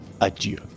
adieu